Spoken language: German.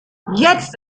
jetzt